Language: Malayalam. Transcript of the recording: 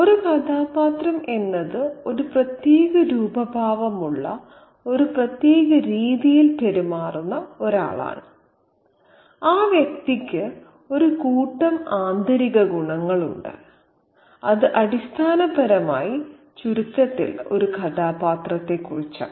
ഒരു കഥാപാത്രം എന്നത് ഒരു പ്രത്യേക രൂപഭാവമുള്ള ഒരു പ്രത്യേക രീതിയിൽ പെരുമാറുന്ന ഒരാളാണ് ആ വ്യക്തിക്ക് ഒരു കൂട്ടം ആന്തരിക ഗുണങ്ങളുണ്ട് അത് അടിസ്ഥാനപരമായി ചുരുക്കത്തിൽ ഒരു കഥാപാത്രത്തെക്കുറിച്ചാണ്